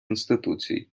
інституцій